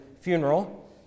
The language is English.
funeral